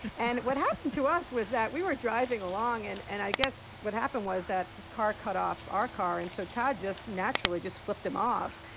and what happened to us was that we were driving along and and i guess what happened was that this car cut off our car. and so todd just naturally just flipped him off.